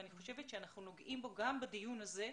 אני חושבת שאנחנו נוגעים בו גם בדיון הזה,